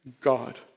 God